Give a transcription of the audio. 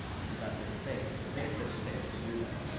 think about their faith. the faith that it takes to do that.